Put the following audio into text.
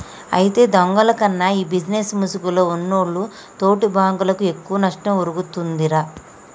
అయితే దొంగల కన్నా ఈ బిజినేస్ ముసుగులో ఉన్నోల్లు తోటి బాంకులకు ఎక్కువ నష్టం ఒరుగుతుందిరా